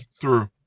true